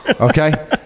Okay